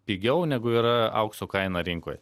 pigiau negu yra aukso kaina rinkoje